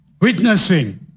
witnessing